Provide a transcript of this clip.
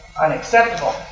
unacceptable